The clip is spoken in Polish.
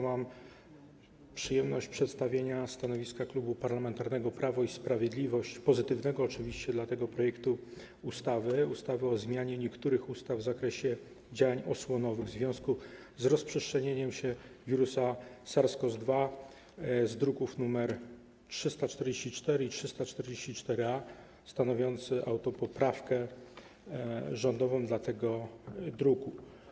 Mam przyjemność przedstawienia stanowiska Klubu Parlamentarnego Prawo i Sprawiedliwość, pozytywnego oczywiście, dotyczącego projektu ustawy o zmianie niektórych ustaw w zakresie działań osłonowych w związku z rozprzestrzenianiem się wirusa SARS-CoV-2, z druków nr 344 i 344-A, wraz z rządową autopoprawką do tego druku.